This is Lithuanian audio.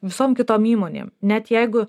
visom kitom įmonėm net jeigu